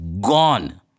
gone